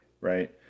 right